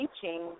teaching